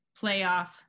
playoff